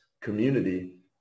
community